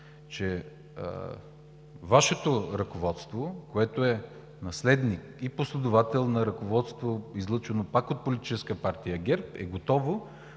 че Вашето ръководство, което е наследник и последовател на ръководство, излъчвано пак от Политическа партия ГЕРБ, е готово